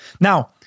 Now